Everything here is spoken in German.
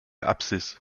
apsis